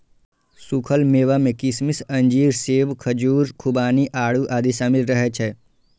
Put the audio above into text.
सूखल मेवा मे किशमिश, अंजीर, सेब, खजूर, खुबानी, आड़ू आदि शामिल रहै छै